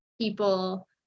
people